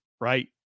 Right